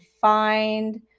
find